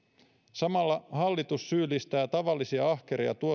samalla hallitus syyllistää tavallisia ahkeria